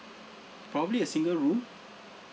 probably a single room